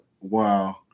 wow